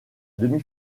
demi